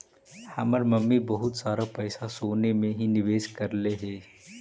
हमर मम्मी बहुत सारा पैसा सोने में ही निवेश करलई हे